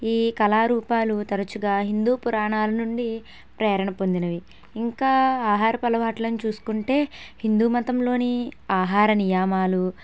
ఈ కళారూపాలు తరచుగా హిందూ పురాణాల నుండి ప్రేరణ పొందినవి ఇంకా ఆహారపు అలవాట్లను చూసుకుంటే హిందూ మతంలోని ఆహార నియామాలు